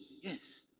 Yes